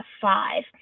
five